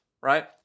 right